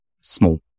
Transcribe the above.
small